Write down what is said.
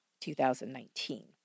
2019